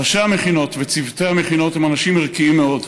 ראשי המכינות וצוותי המכינות הם אנשים ערכיים מאוד.